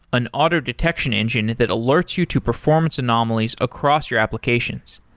an auto detection engine that alerts you to performance anomalies across your applications.